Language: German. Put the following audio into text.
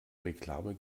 reklame